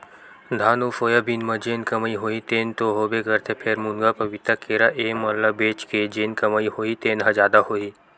धान अउ सोयाबीन म जेन कमई होही तेन तो होबे करथे फेर, मुनगा, पपीता, केरा ए मन ल बेच के जेन कमई होही तेन ह जादा होही